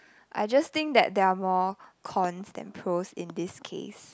I just think that there are more cons than pros in this case